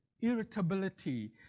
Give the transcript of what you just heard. irritability